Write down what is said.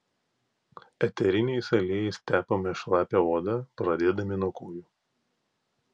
eteriniais aliejais tepame šlapią odą pradėdami nuo kojų